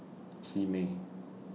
Simei